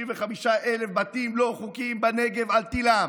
55,000 בתים לא חוקיים בנגב על תילם.